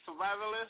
survivalist